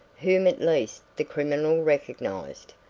whom at least the criminal recognised,